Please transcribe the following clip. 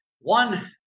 one